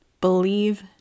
Believe